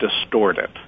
distorted